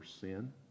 sin